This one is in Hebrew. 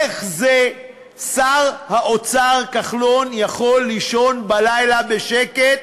איך שר האוצר כחלון יכול לישון בלילה בשקט,